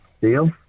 deal